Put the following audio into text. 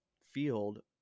field